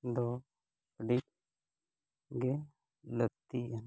ᱫᱚ ᱟᱹᱰᱤᱜᱮ ᱞᱟᱹᱠᱛᱤᱭᱟᱱᱟ